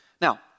Now